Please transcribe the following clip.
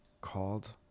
called